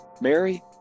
Mary